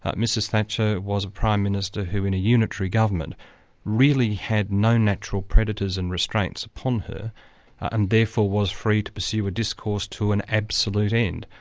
but mrs thatcher was a prime minister who in a unitary government really had no natural predators and restraints upon her and therefore was free to pursue a discourse to an absolute end.